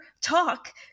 talk